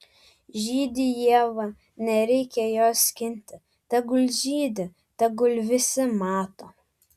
žydi ieva nereikia jos skinti tegul žydi tegul visi mato